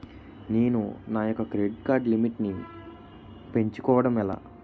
నేను నా యెక్క క్రెడిట్ కార్డ్ లిమిట్ నీ పెంచుకోవడం ఎలా?